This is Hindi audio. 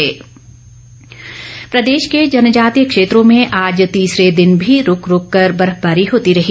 मौसम प्रदेश के जनजातीय क्षेत्रों में आज तीसरे दिन भी रूक रूक बर्फबारी होती रही